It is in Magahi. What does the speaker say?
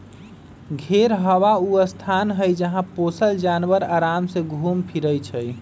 घेरहबा ऊ स्थान हई जहा पोशल जानवर अराम से घुम फिरइ छइ